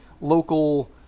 local